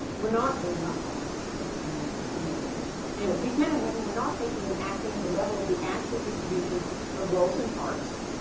were not, they're not gone, actually. i know, we know we're there. anyways, these men and women were not thinking and acting at the level of the actual distribution of roles and parts.